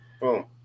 Boom